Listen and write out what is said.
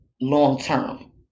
long-term